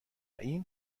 این